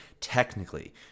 technically